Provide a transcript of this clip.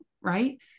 right